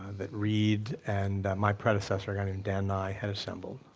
that reid and my predecessor kind of and and i had assembled,